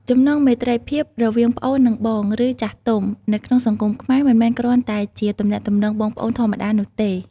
ចំណងមេត្រីភាពរវាងប្អូន និងបង ឬចាស់ទុំ នៅក្នុងសង្គមខ្មែរ មិនមែនគ្រាន់តែជាទំនាក់ទំនងបងប្អូនធម្មតានោះទេ។